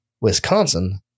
Wisconsin